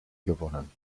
gewonnen